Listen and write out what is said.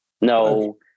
no